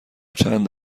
چند